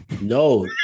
no